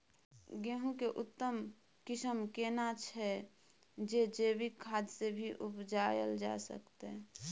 गेहूं के उत्तम किस्म केना छैय जे जैविक खाद से भी उपजायल जा सकते?